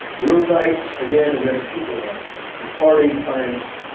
room nights again and then people nights. your party times,